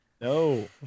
No